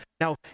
Now